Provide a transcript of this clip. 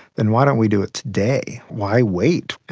then why don't we do it today, why wait?